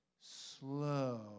slow